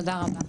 תודה רבה.